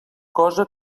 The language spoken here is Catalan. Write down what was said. cosa